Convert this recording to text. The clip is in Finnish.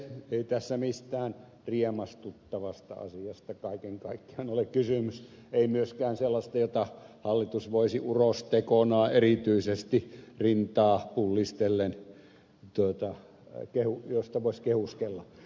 ei tässä mistään riemastuttavasta asiasta kaiken kaikkiaan ole kysymys ei myöskään sellaisesta josta hallitus voisi urostekonaan erityisesti rintaa pullistellen kehuskella